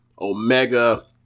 Omega